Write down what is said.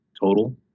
total